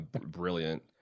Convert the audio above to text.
brilliant